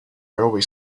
railway